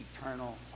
eternal